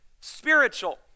spiritual